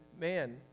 man